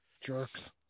Jerks